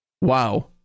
wow